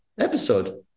episode